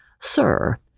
Sir